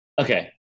Okay